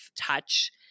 touch